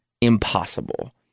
impossible